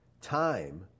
time